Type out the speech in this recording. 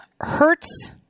hurts